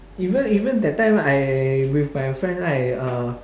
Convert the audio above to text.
even even that time I with my friend right uh